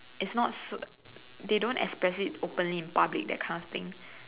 it's not they don't express it openly in public kind of thing